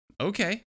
okay